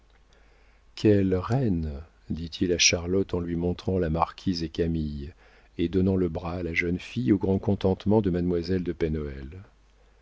quelles reines dit-il à charlotte en lui montrant la marquise et camille et donnant le bras à la jeune fille au grand contentement de mademoiselle de